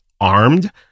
armed